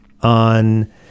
on